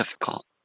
difficult